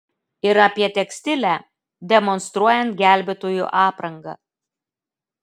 ir apie tekstilę demonstruojant gelbėtojų aprangą